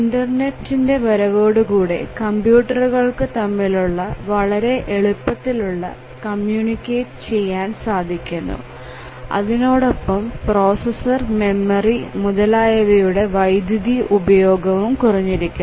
internet വരവോടുകൂടി കമ്പ്യൂട്ടറുകൾക്ക് തമ്മിൽ വളരെ എളുപ്പത്തിൽ കമ്മ്യൂണിക്കേറ്റ് ചെയ്യാൻ സാധിക്കുന്നു അതിനോടൊപ്പം പ്രോസസർ മെമ്മറി മുതലായവയുടെ വൈദ്യുതി ഉപയോഗവും കുറഞ്ഞിരിക്കുന്നു